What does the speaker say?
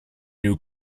new